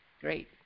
Great